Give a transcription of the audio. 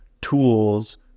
tools